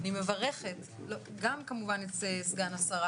אני מברכת את סגן השרה